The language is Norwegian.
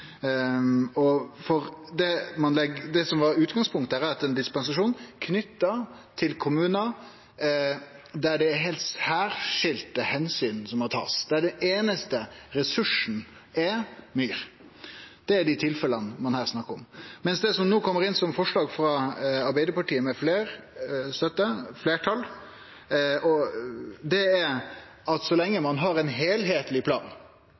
er heilt særskilte omsyn som må takast, der den einaste ressursen er myr. Det er dei tilfella ein her snakkar om. Mens det som nå kjem inn som forslag frå Arbeidarpartiet, med støtte frå fleire, eit fleirtal, er at så lenge ein har ein heilskapleg plan